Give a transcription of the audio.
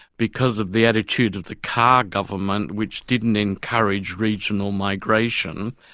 because of the attitude of the carr government which didn't encourage regional migration,